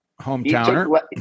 Hometowner